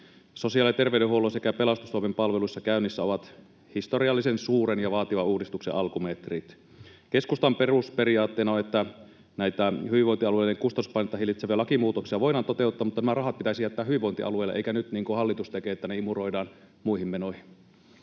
Sosiaali- ja terveydenhuollon sekä pelastustoimen palveluissa käynnissä ovat historiallisen suuren ja vaativan uudistuksen alkumetrit. Keskustan perusperiaatteena on, että näitä hyvinvointialueiden kustannuspaineita hillitseviä lakimuutoksia voidaan toteuttaa, mutta nämä rahat pitäisi jättää hyvinvointialueille, eikä niin kuin hallitus nyt tekee, että ne imuroidaan muihin menoihin.